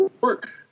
work